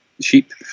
sheep